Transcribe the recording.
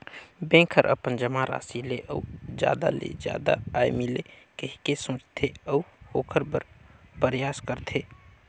bank हर अपन जमा राशि ले अउ जादा ले जादा आय मिले कहिके सोचथे, अऊ ओखर बर परयास करथे